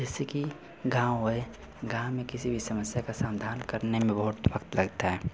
जैसे कि गाँव है गाँव में किसी भी समस्या का सामधान करने में बहुत वक़्त लगता है